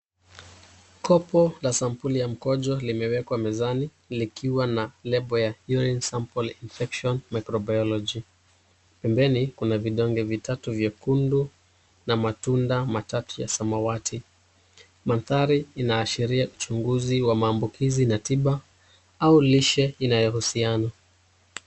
Kopo la sampuli ya mkojo limewekwa mezani likiwa na lebo ya sample infection microbiology. Pembeni kuna vidonge vitatu vyekundu na matunda matatu ya samawati. Daktari